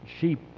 sheep